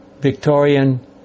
Victorian